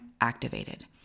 activated